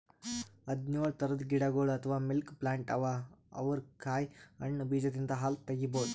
ಹದ್ದ್ನೊಳ್ ಥರದ್ ಗಿಡಗೊಳ್ ಅಥವಾ ಮಿಲ್ಕ್ ಪ್ಲಾಂಟ್ ಅವಾ ಅದರ್ ಕಾಯಿ ಹಣ್ಣ್ ಬೀಜದಿಂದ್ ಹಾಲ್ ತಗಿಬಹುದ್